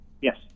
Yes